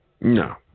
No